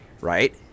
right